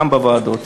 גם בוועדות.